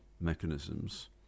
mechanisms